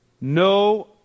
no